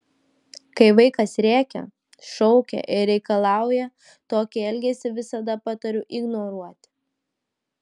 kai vaikas rėkia šaukia ir reikalauja tokį elgesį visada patariu ignoruoti